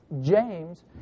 James